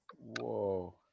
Whoa